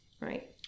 right